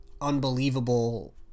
unbelievable